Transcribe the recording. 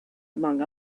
among